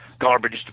garbage